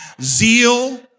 zeal